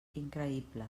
increïble